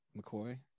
McCoy